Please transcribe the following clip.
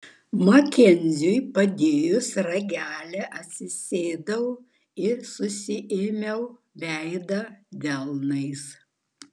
makenziui padėjus ragelį atsisėdau ir susiėmiau veidą delnais